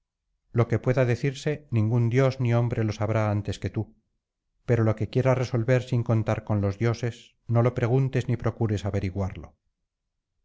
lo que pueda decirse ningún dios ni hombre lo sabrá antes que td pero lo que quiera resolver sin contar con los dioses no lo preguntes ni procures averiguarlo